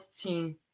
team